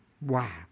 Wow